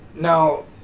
Now